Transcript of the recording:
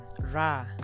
Ra